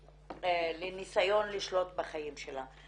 ולניסיון לשלוט בחיים שלה.